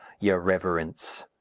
your reverence.